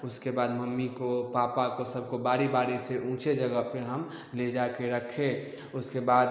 उसके बाद मम्मी को पापा को सबको बारी बारी से ऊँचे जगह पर हम ले जा कर रखे उसके बाद